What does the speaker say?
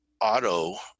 Auto